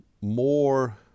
more